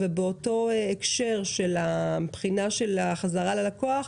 ובאותו הקשר של הבחינה של החזרה ללקוח,